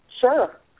Sure